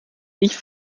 ich